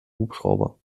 hubschrauber